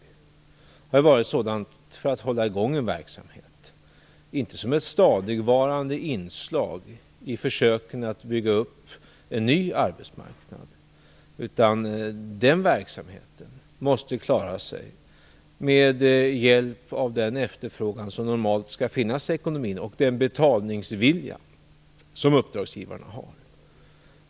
Det har ju gjorts för att man skulle hålla i gång en verksamhet, inte som ett stadigvarande inslag i försöken att bygga upp en ny arbetsmarknad. Den verksamheten måste klara sig med hjälp av den efterfrågan som normalt skall finnas i ekonomin och den betalningsvilja som uppdragsgivarna har.